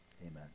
Amen